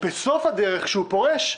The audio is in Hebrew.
בסוף הדרך, כשהוא פורש,